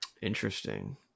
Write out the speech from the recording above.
Interesting